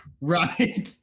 right